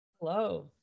Hello